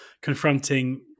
confronting